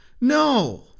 No